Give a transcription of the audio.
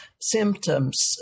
symptoms